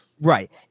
Right